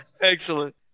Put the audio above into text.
Excellent